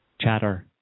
chatter